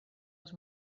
les